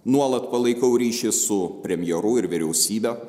nuolat palaikau ryšį su premjeru ir vyriausybe